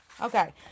Okay